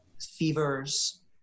fevers